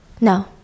No